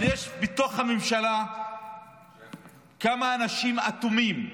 אבל יש בתוך הממשלה כמה אנשים אטומים,